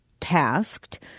tasked